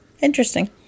Interesting